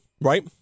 Right